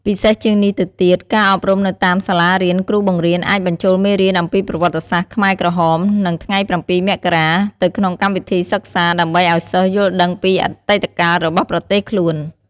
ពិសេសជាងនេះទៅទៀតការអប់រំនៅតាមសាលារៀនគ្រូបង្រៀនអាចបញ្ចូលមេរៀនអំពីប្រវត្តិសាស្ត្រខ្មែរក្រហម និងថ្ងៃ៧ មករា ទៅក្នុងកម្មវិធីសិក្សា ដើម្បីឲ្យសិស្សយល់ដឹងពីអតីតកាលរបស់ប្រទេសខ្លួន។